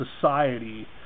society